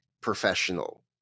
professional